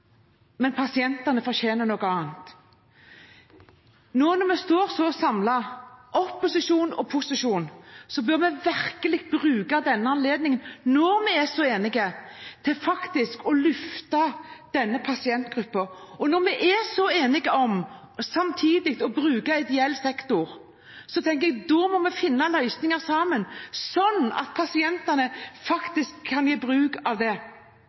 pasientene fortjener noe annet. Nå, når vi står så samlet, opposisjon og posisjon, bør vi virkelig bruke denne anledningen – når vi er så enige – til faktisk å løfte denne pasientgruppen. Og når vi samtidig er så enige om å bruke ideell sektor, må vi finne løsninger sammen slik at pasientene faktisk kan gjøre bruk av det,